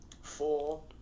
four